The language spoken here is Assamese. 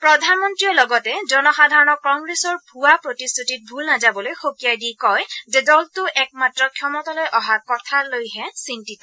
প্ৰধানমন্ত্ৰীয়ে লগতে জনসাধাৰণক কংগ্ৰেছৰ ভুৱা প্ৰতিশ্ৰুতিত ভোল নাযাবলৈ সঁকিয়াই দি কয় যে দলটো একমাত্ৰ ক্ষমতালৈ অহা কথালৈহে চিন্তিত